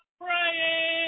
praying